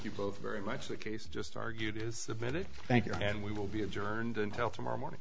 you both very much the case just argued is submitted thank you and we will be adjourned until tomorrow morning